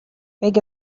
big